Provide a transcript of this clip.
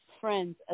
friends